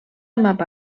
mapa